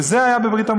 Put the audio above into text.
וזה היה בברית-המועצות.